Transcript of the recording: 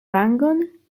vangon